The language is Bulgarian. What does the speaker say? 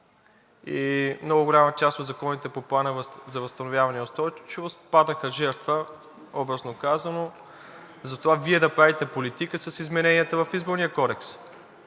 и много голяма част от законите по Плана за възстановяване и устойчивост паднаха жертва – образно казано, затова Вие да правите политика с измененията в Изборния кодекс